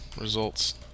results